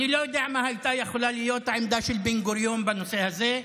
אני לא יודע מה הייתה יכולה להיות העמדה של בן-גוריון בנושא הזה.